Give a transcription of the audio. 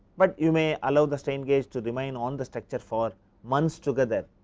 but you may allow the strain gauge to remain on the structure for mans together,